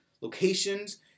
locations